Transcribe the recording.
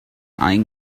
eyeing